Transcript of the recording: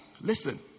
listen